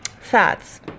fats